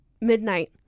midnight